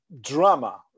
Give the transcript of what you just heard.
drama